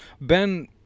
Ben